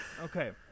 okay